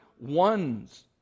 ones